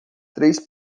três